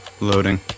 loading